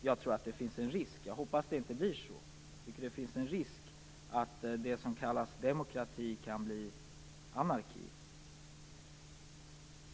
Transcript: Jag hoppas att det inte blir så, men det finns en risk för att det som kallas demokrati kan bli anarki.